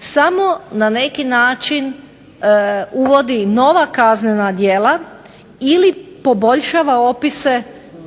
samo na neki način uvodi nova kaznena djela ili poboljšava opise postojećih